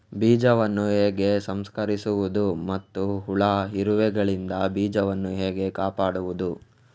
ಬೀಜವನ್ನು ಹೇಗೆ ಸಂಸ್ಕರಿಸುವುದು ಮತ್ತು ಹುಳ, ಇರುವೆಗಳಿಂದ ಬೀಜವನ್ನು ಹೇಗೆ ಕಾಪಾಡುವುದು?